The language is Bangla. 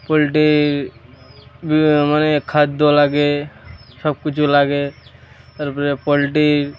পোলট্রির বিভিন্ন মানে খাদ্য লাগে সব কিছু লাগে তার পরে পোলট্রির